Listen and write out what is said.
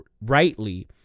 rightly